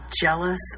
jealous